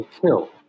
kill